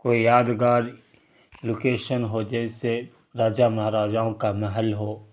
کوئی یادگار لوکیشن ہو جیسے راجہ مہاراجاؤں کا محل ہو